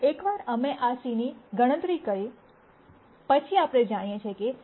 એકવાર અમે આ cની ગણતરી કરી પછી આપણે જાણીએ છીએ X̂ v ટાઈમ્સ c છે